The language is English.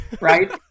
right